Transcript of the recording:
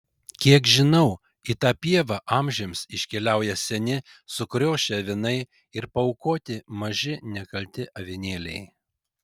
kiek žinau į tą pievą amžiams iškeliauja seni sukriošę avinai ir paaukoti maži nekalti avinėliai